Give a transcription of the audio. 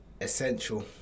Essential